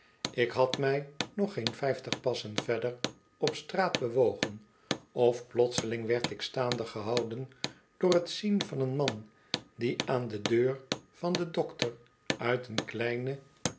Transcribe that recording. ik had mij nog geen vijftig passen verder op straat bewogen of plotseling werd ik staande gehouden door t zien van een man die aan de deur van den dokter uit een kleinen